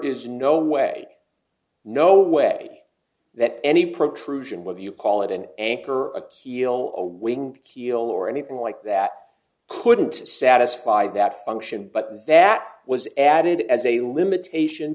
is no way no way that any protrusion whether you call it an anchor or a teal or wing keel or anything like that couldn't satisfy that function but that was added as a limitation